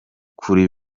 kuri